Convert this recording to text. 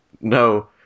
No